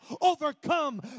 overcome